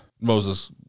Moses